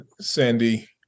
Sandy